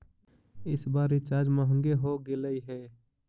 इस बार रिचार्ज महंगे हो गेलई हे